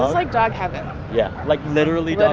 like, dog heaven yeah. like, literally,